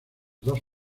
dos